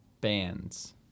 bands